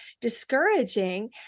discouraging